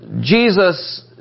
Jesus